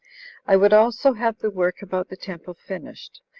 i would also have the work about the temple finished,